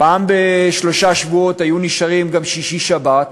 אחת לשלושה שבועות היו נשארים גם שישי-שבת.